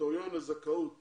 הקריטריון לזכאות